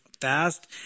fast